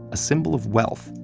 a symbol of wealth,